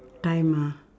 time ah